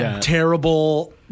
terrible